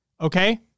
okay